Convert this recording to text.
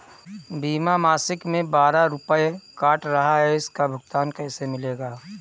बीमा मासिक में बारह रुपय काट रहा है इसका भुगतान कैसे मिलेगा?